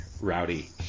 rowdy